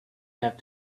have